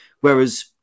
Whereas